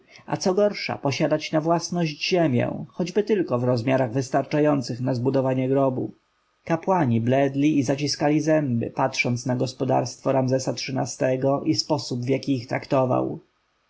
a co gorsza posiadać na własność ziemię choćby tylko w rozmiarach wystarczających na zbudowanie grobu kapłani bledli i zaciskali zęby patrząc na gospodarstwo ramzesa xiii-go i sposób w jaki ich traktował